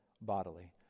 bodily